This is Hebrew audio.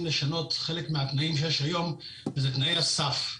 לשנות חלק מהתנאים שיש היום ואלו תנאי הסף.